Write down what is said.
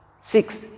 Six